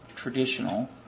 traditional